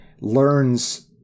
learns